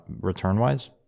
return-wise